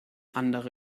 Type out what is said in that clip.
andere